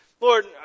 Lord